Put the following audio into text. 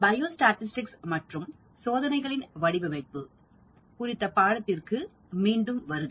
biostatistics மற்றும் சோதனைகளின் வடிவமைப்பு குறித்த பாடத்திற்கு மீண்டும் வருக